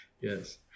Yes